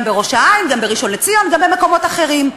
גם בראש-העין, גם בראשון-לציון, גם במקומות אחרים.